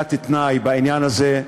בחזקת תנאי, בעניין הזה,